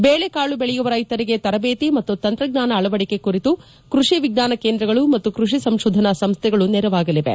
ಬೇಳೆಕಾಳು ಬೆಳೆಯುವ ರೈತರಿಗೆ ತರಬೇತಿ ಮತ್ತು ತಂತ್ರಜ್ಞಾನ ಅಳವಡಿಕೆ ಕುರಿತು ಕೃಷಿ ವಿಜ್ಞಾನ ಕೇಂದ್ರಗಳು ಮತ್ತು ಕೃಷಿ ಸಂಶೋಧನಾ ಸಂಸ್ಥೆಗಳು ನೆರವಾಗಲಿವೆ